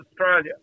Australia